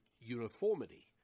uniformity